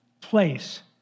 place